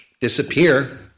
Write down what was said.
disappear